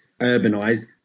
urbanised